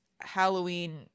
halloween